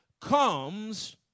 comes